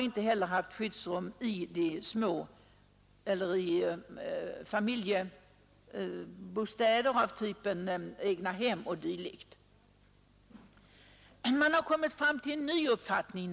Inte heller skulle skyddsrum byggas i familjebostäder av typen egnahem o. d. Man har nu kommit fram till en ny uppfattning.